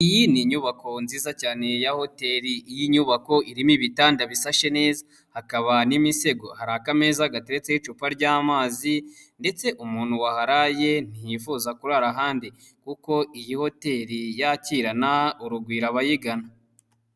Iyi ni inyubako nziza cyane ya hoteli, iyi nyubako irimo ibitanda bisashe neza hakaba n'imisego, hari akameza gateretseho icupa ry'amazi ndetse umuntu waharaye ntiyifuza kurara ahandi kuko iyi hoteli yakirana urugwiro abayigana.